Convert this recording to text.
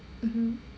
mmhmm